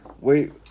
Wait